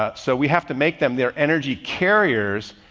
ah so we have to make them, they're energy carriers,